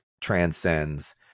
transcends